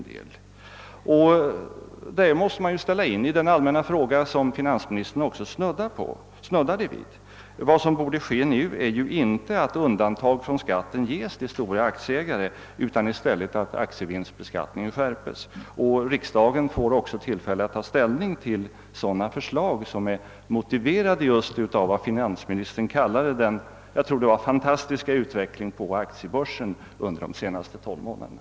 Detta måste man låta ingå i den allmänna fråga som finansministern också snuddade vid. Vad som bör ske nu är inte att undantag från skatt ges till stora aktieägare, utan i stället att aktievinstbeskattningen skärpes. Riksdagen får också tillfälle att ta ställning till sådana förslag, som är motiverade just av vad finansministern kallade den förunderliga utvecklingen på aktiebörsen under de senaste tolv månaderna.